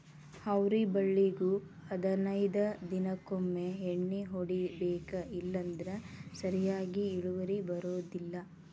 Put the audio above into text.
ಅವ್ರಿ ಬಳ್ಳಿಗು ಹದನೈದ ದಿನಕೊಮ್ಮೆ ಎಣ್ಣಿ ಹೊಡಿಬೇಕ ಇಲ್ಲಂದ್ರ ಸರಿಯಾಗಿ ಇಳುವರಿ ಬರುದಿಲ್ಲಾ